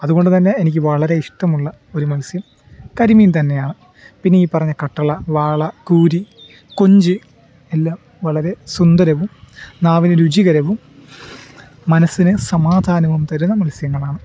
അതുകൊണ്ടുതന്നെ എനിക്ക് വളരെ ഇഷ്ടമുള്ള ഒരു മത്സ്യം കരിമീൻ തന്നെയാണ് പിന്നെ ഈ പറഞ്ഞ കട്ടള വാള കൂരി കൊഞ്ച് എല്ലാം വളരെ സുന്ദരവും നാവിനു രുചികരവും മനസ്സിന് സമാധാനവും തരുന്ന മത്സ്യങ്ങളാണ്